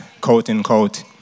quote-unquote